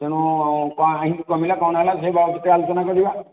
ତେଣୁ କାହିଁକି କମିଲା କ'ଣ ହେଲା ସେ ବାବଦରେ ଟିକେ ଆଲୋଚନା କରିବା